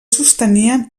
sostenien